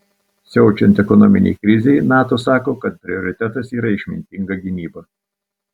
siaučiant ekonominei krizei nato sako kad prioritetas yra išmintinga gynyba